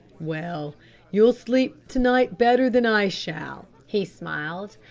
well you'll sleep to-night better than i shall, he smiled,